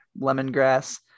lemongrass